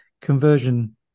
conversion